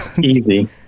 easy